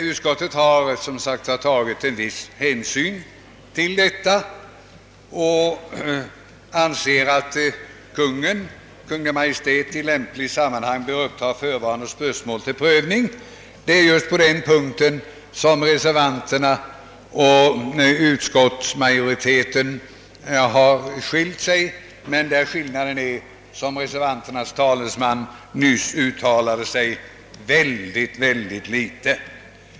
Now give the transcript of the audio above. Utskottet har, som sagt, fäst viss hänsyn vid detta och ansett att Kungl. Maj:t i lämpligt sammanhang bör uppta förevarande spörsmål till prövning. Det är på den punkten som reservanterna och utskottsmajoriteten har skilt sig, men skillnaden är som reservanternas talesman nyss sade mycket liten.